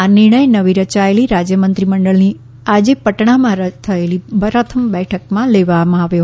આ નિર્ણય નવી રચાયેલી રાજય મંત્રીમમંડળની આજે પટણમાં થયેલી પ્રથમ બેઠકમાં લેવામાં આવ્યો